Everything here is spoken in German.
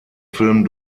film